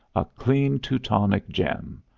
a clean teutonic gem,